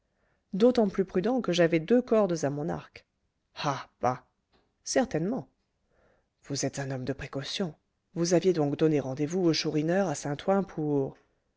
d'autant plus prudent que j'avais deux cordes à mon arc ah bah certainement vous êtes un homme de précaution vous aviez donc donné rendez-vous au chourineur à saint-ouen pour